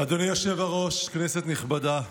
אדוני היושב-ראש, כנסת נכבדה,